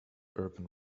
urban